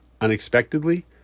unexpectedly